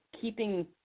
keeping